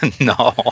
No